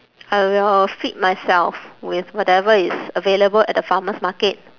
I will feed myself with whatever is available at the farmer's market